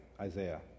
Isaiah